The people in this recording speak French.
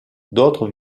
d’autres